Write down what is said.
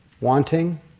Wanting